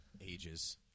Ages